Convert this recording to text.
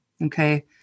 Okay